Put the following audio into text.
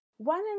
one